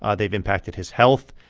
ah they've impacted his health.